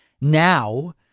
now